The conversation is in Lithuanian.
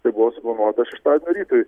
tai buvo suplanuota šeštadienio rytui